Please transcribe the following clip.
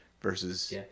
versus